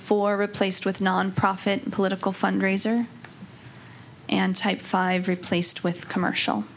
for replaced with nonprofit political fundraiser and type five replaced with commercial